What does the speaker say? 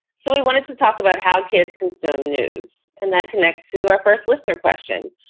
so we wanted to talk about how kids consume news. and that connects to our first listener question.